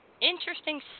Interesting